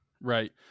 Right